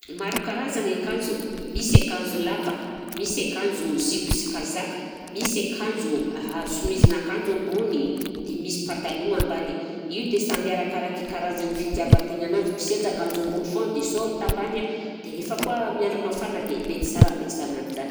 Maro karazany i akanjo, misy akanjo lava, misy akanjo zipo sy kazaka, misy akanjo somizin'akanjo ambony dia misy patalogna ambany, io dia samby arakaraky karazan'ny fitiavan-tegna ananzy, misy aza akanjo ambony foagna dia sôrta ambany a, dia refa koa amin'ny andro mafana dia mety sara be sanan'izany.